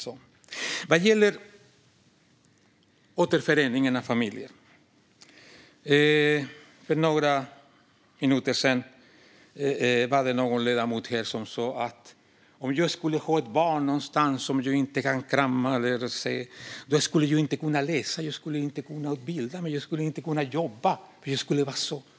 Vad gäller återföreningar av familjer var det för några minuter sedan en ledamot här som sa: Om jag skulle ha ett barn någonstans som jag inte kan krama eller se skulle jag inte kunna läsa, inte kunna bilda mig och inte kunna jobba, för det skulle vara så hemskt!